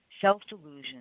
self-delusion